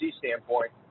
standpoint